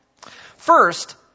First